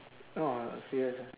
oh serious ah